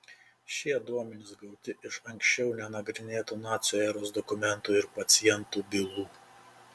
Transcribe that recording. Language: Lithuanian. šie duomenys gauti iš anksčiau nenagrinėtų nacių eros dokumentų ir pacientų bylų